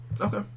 Okay